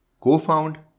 Co-found